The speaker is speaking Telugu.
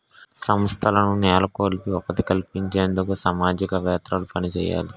సంస్థలను నెలకొల్పి ఉపాధి కల్పించేందుకు సామాజికవేత్తలు పనిచేయాలి